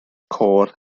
côr